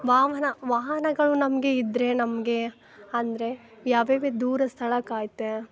ವಾಹನ ವಾಹನಗಳು ನಮಗೆ ಇದ್ದರೆ ನಮಗೆ ಅಂದರೆ ಯಾವ್ಯಾವ ದೂರ ಸ್ಥಳಕ್ ಆಯ್ತಾ